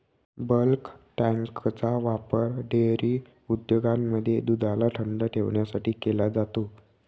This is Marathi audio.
बल्क टँकचा वापर डेअरी उद्योगांमध्ये दुधाला थंडी ठेवण्यासाठी केला जातो